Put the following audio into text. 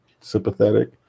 sympathetic